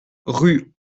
rue